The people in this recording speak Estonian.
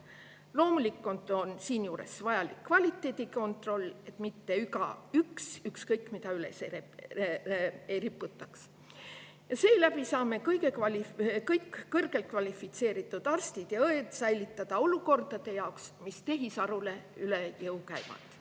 Loomulikult on siinjuures vajalik kvaliteedi kontroll, et mitte igaüks ükskõik mida üles ei riputaks. Ja seeläbi saame kõik kõrgelt kvalifitseeritud arstid ja õed säilitada olukordade jaoks, mis tehisarule üle jõu käivad.